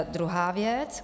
Druhá věc.